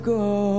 go